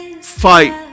fight